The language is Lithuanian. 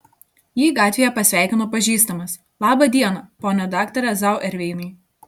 jį gatvėje pasveikino pažįstamas labą dieną pone daktare zauerveinai